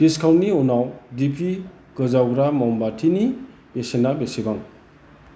दिस्काउन्टनि उनाव दिपि गोजावग्रा ममबाटिनि बेसेना बेसेबां